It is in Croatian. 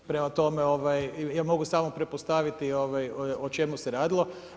Prema tome, ja mogu samo pretpostaviti o čemu se radilo.